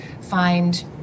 find